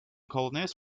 colonies